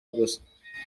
gusa